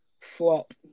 Flop